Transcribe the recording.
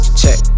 check